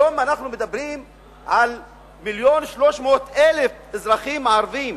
היום אנחנו מדברים על 1.3 מיליון אזרחים ערבים,